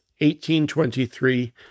1823